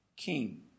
King